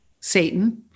Satan